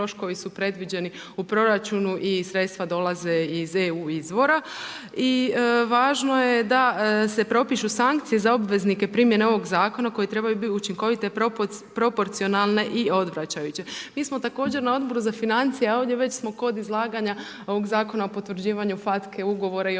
I važno je da se propišu sankcije za obveznike primjene ovoga zakona koji treba biti učinkovite, proporcionalne i odvraćajuće. Mi smo također na Odboru za financije, a ovdje već smo kod izlaganja ovog zakona o potvrđivanju FACTA-e, ugovora i općenito